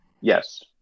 yes